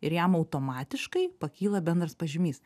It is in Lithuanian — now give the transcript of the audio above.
ir jam automatiškai pakyla bendras pažymys